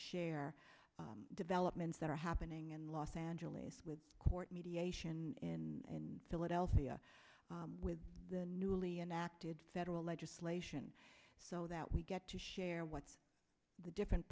share developments that are happening in los angeles with court mediation in philadelphia with the newly enacted federal legislation so that we get to share what the different